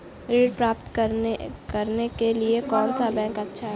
ऋण प्राप्त करने के लिए कौन सा बैंक अच्छा है?